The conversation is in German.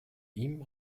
ihm